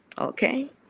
Okay